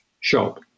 shop